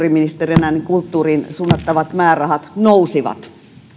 toimia hetken kulttuuriministerinä kulttuuriin suunnattavat määrärahat nousivat